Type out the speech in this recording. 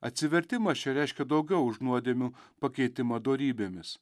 atsivertimas čia reiškia daugiau už nuodėmių pakeitimą dorybėmis